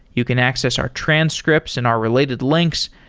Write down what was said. you can access our transcripts and our related links.